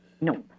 No